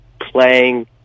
playing